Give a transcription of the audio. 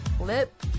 lip